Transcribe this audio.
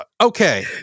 Okay